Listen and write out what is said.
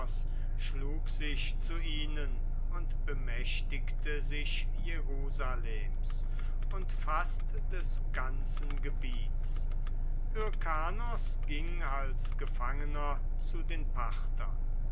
schlug sich zu ihnen und bemächtigte sich jerusalems und fast des ganzen gebiets hyrkanos ging als gefangener zu den parthern